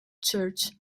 church